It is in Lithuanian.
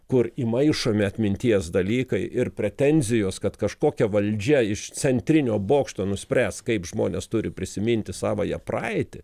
kur įmaišomi atminties dalykai ir pretenzijos kad kažkokia valdžia iš centrinio bokšto nuspręs kaip žmonės turi prisiminti savąją praeitį